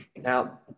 Now